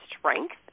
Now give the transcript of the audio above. strength